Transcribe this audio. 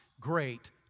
great